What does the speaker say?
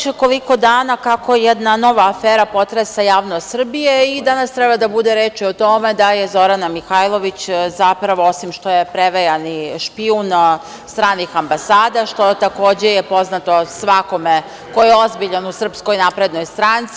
Evo, već koliko dana kako jedna nova afera potresa javnost Srbije i danas treba da bude reči o tome, da je Zorana Mihajlović, zapravo osim što je prevejani špijun stranih ambasada, što je takođe poznato svakome ko je ozbiljan u SNS.